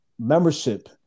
membership